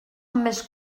més